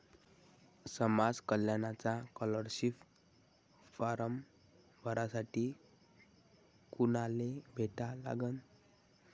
समाज कल्याणचा scholarship form भरासाठी कुनाले भेटा लागन?